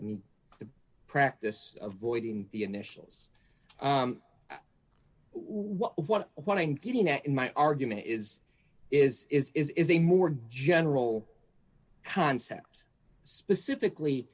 and the practice avoiding the initials what what what i'm getting at in my argument is is is a more general concept specifically